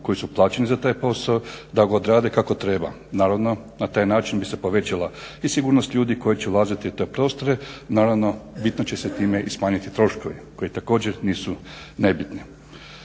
koji su plaćeni za taj posao da ga odrade kako treba. Naravno, na taj način bi se povećala i sigurnost ljudi koji će ulaziti u te prostore. Naravno bitno će se time i smanjiti troškovi koji također nisu nebitni.